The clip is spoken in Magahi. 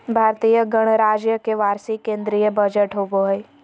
भारतीय गणराज्य के वार्षिक केंद्रीय बजट होबो हइ